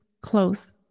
close